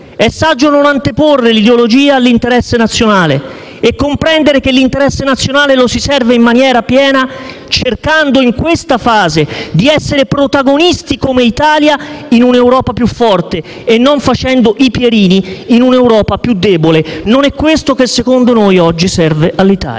è saggio non anteporre l'ideologia all'interesse nazionale e comprendere che l'interesse nazionale lo si serve in maniera piena cercando in questa fase di essere protagonisti come Italia in un'Europa più forte e non facendo i Pierini in un'Europa più debole. Non è questo che secondo noi oggi serve all'Italia.